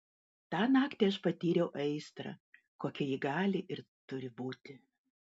tą naktį aš patyriau aistrą kokia ji gali ir turi būti